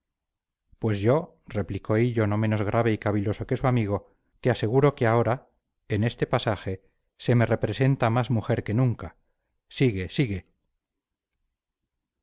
pues yo replicó hillo no menos grave y caviloso que su amigo te aseguro que ahora en este pasaje se me representa más mujer que nunca sigue sigue